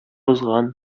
узган